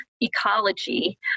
ecology